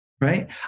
Right